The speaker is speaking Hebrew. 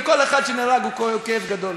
וכל אחד שנהרג הוא כאב גדול.